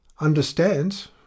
Understands